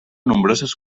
nombroses